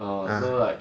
ah